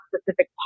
specific